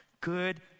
good